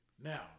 Now